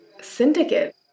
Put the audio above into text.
syndicate